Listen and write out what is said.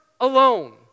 alone